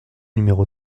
numéro